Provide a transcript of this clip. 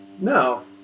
No